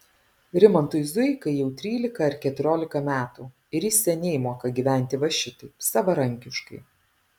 rimantui zuikai jau trylika ar keturiolika metų ir jis seniai moka gyventi va šitaip savarankiškai